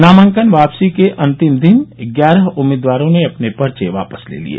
नामांकन वापसी के अंतिम दिन ग्यारह उम्मीदवारों ने अपने पर्चे वापस ले लिये